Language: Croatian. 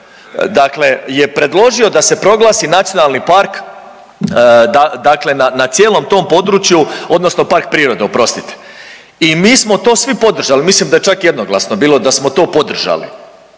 dakle je predložio da se proglasi nacionalni park dakle na cijelom tom području odnosno park prirode oprostite. I mi smo to svi podržali, mislim da je čak jednoglasno bilo da smo to podržali